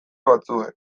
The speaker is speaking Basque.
batzuen